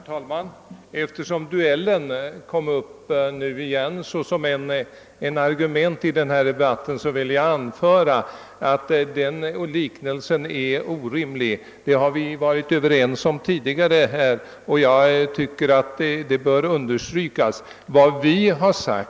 Herr talman! Eftersom duellen åter har åberopats i denna debatt såsom ett argument vill jag anföra att vi tidigare har varit överens om att den liknelsen är orimlig. Jag tycker att det bör understrykas igen.